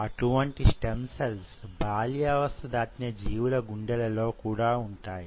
అటువంటి స్టెమ్ కణాలు బాల్యావస్థ దాటిన జీవుల గుండెలలో కూడా వుంటాయి